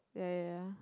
ya ya ya